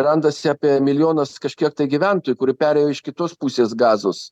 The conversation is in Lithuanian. randasi apie milijonas kažkiek tai gyventojų kurie perėjo iš kitos pusės gazos